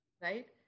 right